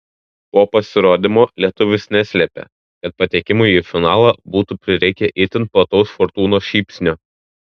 po pasirodymo lietuvis neslėpė kad patekimui į finalą būtų prireikę itin plataus fortūnos šypsnio